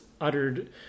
uttered